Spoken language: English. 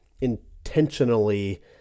intentionally